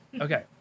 okay